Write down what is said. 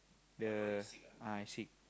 the ah sick